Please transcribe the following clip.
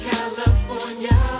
California